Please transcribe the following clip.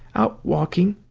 out walking.